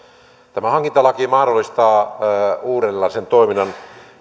tämä hankintalaki mahdollistaa uudenlaisen toiminnan